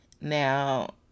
Now